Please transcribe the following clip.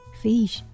fish